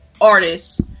artists